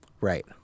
Right